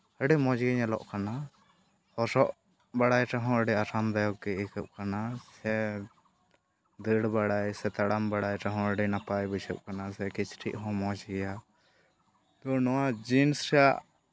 ᱟᱹᱰᱤ ᱢᱚᱡᱽ ᱜᱮ ᱧᱮᱞᱚᱜ ᱠᱟᱱᱟ ᱦᱚᱨᱚᱜ ᱵᱟᱲᱟᱭ ᱨᱮᱦᱚᱸ ᱟᱹᱰᱤ ᱟᱨᱟᱢ ᱫᱟᱭᱚᱠ ᱜᱮ ᱟᱹᱭᱠᱟᱹᱣᱚᱜ ᱠᱟᱱᱟ ᱥᱮ ᱫᱟᱹᱲ ᱵᱟᱲᱟᱭ ᱥᱮ ᱛᱟᱲᱟᱢ ᱵᱟᱲᱟᱭ ᱨᱮᱦᱚᱸ ᱟᱹᱰᱤ ᱱᱟᱯᱟᱭ ᱵᱩᱡᱷᱟᱹᱣᱚᱜ ᱠᱟᱱᱟ ᱥᱮ ᱠᱤᱪᱨᱤᱪ ᱦᱚᱸ ᱢᱚᱡᱽ ᱜᱮᱭᱟ ᱮᱵᱚᱝ ᱱᱚᱣᱟ ᱡᱤᱱᱥ ᱨᱮᱭᱟᱜ